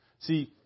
See